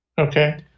Okay